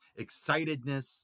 excitedness